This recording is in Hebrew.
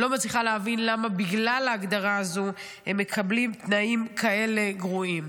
לא מצליחה להבין למה בגלל ההגדרה הזו הם מקבלים תנאים כאלה גרועים.